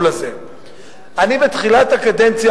חברות וחברי הכנסת,